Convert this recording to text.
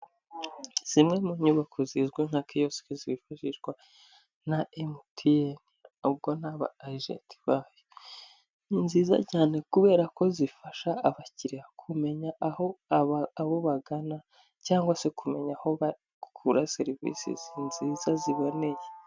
Zimwe mu nyubako zizwi nka keyosike zifashishwa na mtn, ubwo ni ab' agent bayo. Ni nziza cyane kubera ko zifasha abakiriya kumenya aho abo bagana cyangwa se kumenya aho bakura serivisi nziza ziboneye.